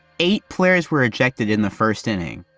eight players were ejected in the first inning.